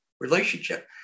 relationship